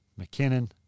McKinnon